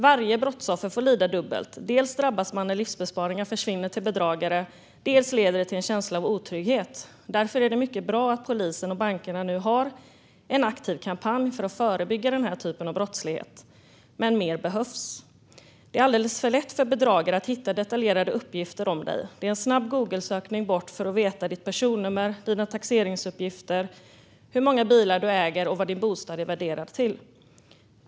Varje brottsoffer får lida dubbelt: Dels drabbas man när livsbesparingar försvinner till bedragare, dels leder det till en känsla av otrygghet. Därför är det mycket bra att polisen och bankerna nu har en aktiv kampanj för att förebygga den här typen av brottslighet, men mer behövs. Det är alldeles för lätt för bedragare att hitta detaljerade uppgifter om dig. Det krävs bara en snabb Googlesökning för att få veta ditt personnummer, dina taxeringsuppgifter, hur många bilar du äger och vad din bostad är värderad till.